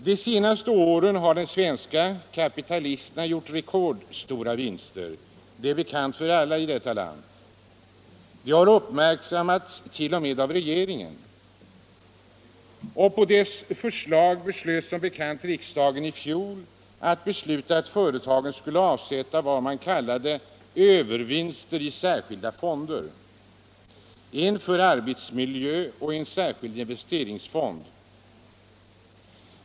De senaste åren har de svenska kapitalisterna gjort rekordstora vinster. Det är bekant för alla i detta land. Det har t.o.m. uppmärksammats av regeringen, och på regeringens förslag beslöt riksdagen som bekant i fjol att företagen skulle avsätta vad man kallade övervinster i särskilda fonder, en arbetsmiljöfond och en särskild investeringsfond.